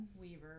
Weaver